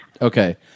Okay